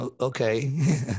okay